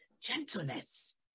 Gentleness